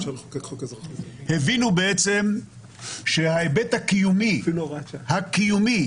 הבינו בעצם שההיבט הקיומי הקיומי